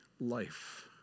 life